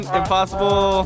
impossible